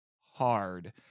hard